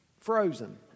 Frozen